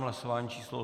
Hlasování číslo 87.